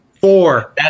Four